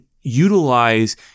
utilize